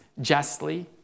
justly